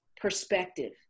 perspective